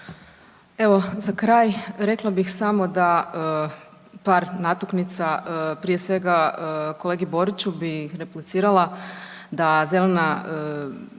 Evo, za kraj, rekla bih samo da, par natuknica. Prije svega, kolegi Boriću bih replicirala da zelena,